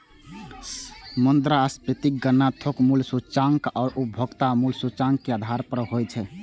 मुद्रास्फीतिक गणना थोक मूल्य सूचकांक आ उपभोक्ता मूल्य सूचकांक के आधार पर होइ छै